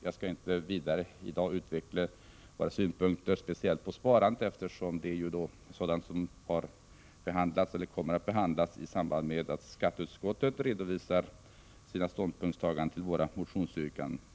Jag skall inte i dag vidareutveckla våra synpunkter speciellt beträffande sparandet, eftersom det är något som har behandlats eller kommer att behandlas i samband med att skatteutskottet redovisar sina ställningstaganden till våra motionsyrkanden.